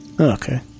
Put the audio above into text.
Okay